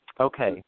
Okay